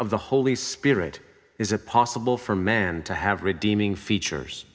of the holy spirit is it possible for man to have redeeming features